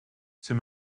c’est